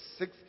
six